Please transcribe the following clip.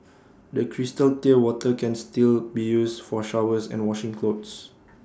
the crystal clear water can still be used for showers and washing clothes